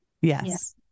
Yes